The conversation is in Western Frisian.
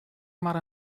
mar